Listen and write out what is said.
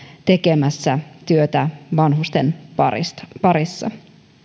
tekemässä työtä vanhusten parissa parissa